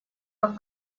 как